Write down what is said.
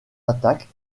attaques